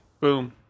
Boom